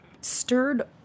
stirred